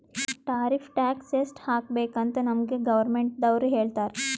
tariff tax ಎಸ್ಟ್ ಹಾಕಬೇಕ್ ಅಂತ್ ನಮ್ಗ್ ಗೌರ್ಮೆಂಟದವ್ರು ಹೇಳ್ತರ್